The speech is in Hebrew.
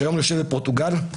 שיושב היום בפורטוגל.